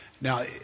Now